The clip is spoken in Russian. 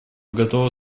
готовы